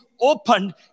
opened